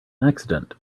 accident